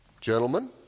Gentlemen